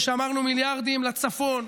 ושמרנו מיליארדים לצפון.